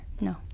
No